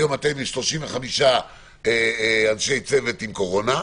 היום אתם עם 35 אנשי צוות עם קורונה,